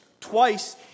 Twice